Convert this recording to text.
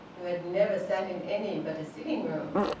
who had never sat in any but a sitting-room.